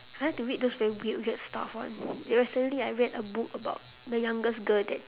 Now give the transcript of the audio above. I like to read those weird weird stuff [one] recently I read a book about the youngest girl that